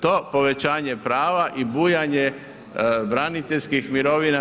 To povećanje prava i bujanje braniteljskih mirovina.